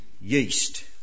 Yeast